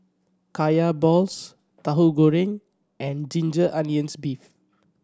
Kaya balls Tauhu Goreng and ginger onions beef